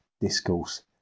discourse